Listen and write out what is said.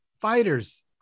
fighters